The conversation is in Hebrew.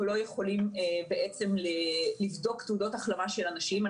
לא יכולים בעצם לבדוק תעודות החלמה של אנשים.